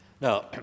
Now